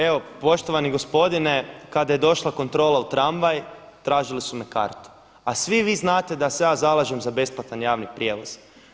Evo poštovani gospodine, kada je došla kontrola u tramvaj tražili su me kartu, a svi vi znate da se ja zalažem za besplatan javni prijevoz.